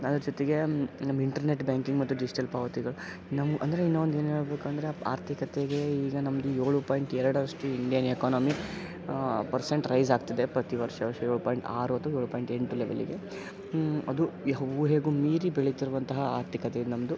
ಅದ್ರ ಜೊತೆಗೆ ನಮ್ಮ ಇಂಟರ್ನೆಟ್ ಬ್ಯಾಂಕಿಂಗ್ ಮತ್ತು ಡಿಜ್ಟಲ್ ಪಾವತಿಗಳು ನಮ್ಮ ಅಂದರೆ ಇನ್ನೂ ಒಂದು ಏನು ಹೇಳ್ಬೇಕಂದ್ರೆ ಆರ್ಥಿಕತೆಗೆ ಈಗ ನಮ್ಮದು ಏಳು ಪಾಯಿಂಟ್ ಎರಡರಷ್ಟು ಇಂಡಿಯನ್ ಎಕೋನಮಿ ಪರ್ಸೆಂಟ್ ರೈಸಾಗ್ತಿದೆ ಪ್ರತಿ ವರ್ಷ ವರ್ಷ ಏಳು ಪಾಯಿಂಟ್ ಆರು ಅಥವಾ ಏಳು ಪಾಯಿಂಟ್ ಎಂಟು ಲೆವಲಿಗೆ ಅದು ಈ ಊಹೆಗೂ ಮೀರಿ ಬೆಳೆತಿರುವಂತಹ ಆರ್ಥಿಕತೆ ನಮ್ಮದು